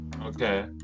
Okay